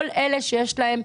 כל אלה שיש להם,